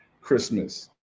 Christmas